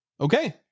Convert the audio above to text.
Okay